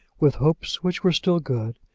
with hopes which were still good,